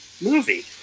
movie